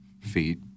feet